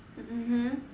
mmhmm